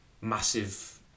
massive